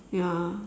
ya